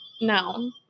no